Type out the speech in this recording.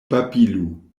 babilu